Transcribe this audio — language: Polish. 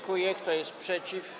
Kto jest przeciw?